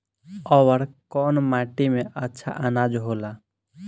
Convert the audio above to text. अवर कौन माटी मे अच्छा आनाज होला?